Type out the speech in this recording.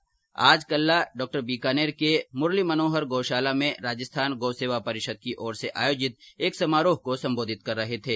डॉ कल्ला आज बीकानेर के मूरली मनोहर गोशाला में राजस्थान गौ सेवा परिषद की ओर से आयोजित एक समारोह को सम्बोधित कर रहे थे